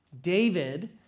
David